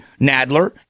Nadler